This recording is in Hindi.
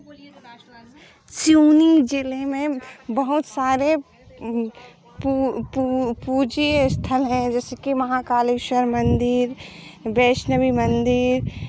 सिउनी जिले में बहुत सारे पू पूज्यनीय स्थल हैं जैसे कि महाकालेश्वर मंदिर वैष्णवी मंदिर